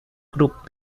group